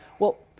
well,